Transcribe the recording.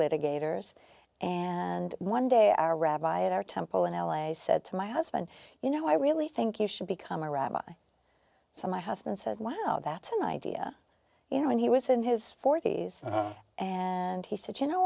litigator and one day our rabbi of our temple in l a said to my husband you know i really think you should become a rabbi so my husband said wow that's an idea you know when he was in his forty's and he said to know